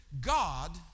God